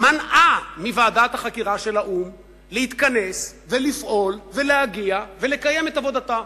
מנעה מוועדת החקירה של האו"ם להתכנס ולפעול ולהגיע ולקיים את עבודתה.